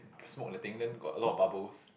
smoke the thing then got a lot of bubbles